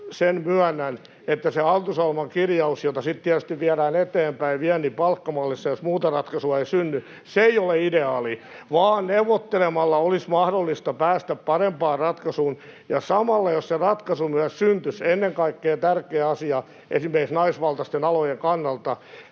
sen myönnän, että se hallitusohjelman kirjaus — jota sitten tietysti viedään eteenpäin viennin palkkamallissa, jos muuta ratkaisua ei synny — ei ole ideaali, vaan neuvottelemalla olisi mahdollista päästä parempaan ratkaisuun. Samalla, jos se ratkaisu myös syntyisi — ennen kaikkea tärkeä asia esimerkiksi naisvaltaisten alojen kannalta